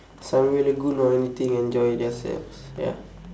sunway lagoon or anything enjoy theirselves ya